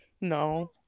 No